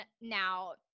Now